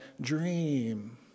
dream